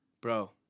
Bro